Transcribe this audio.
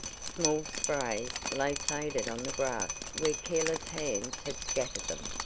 small sprays lay faded on the grass where careless hands had scattered them.